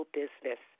business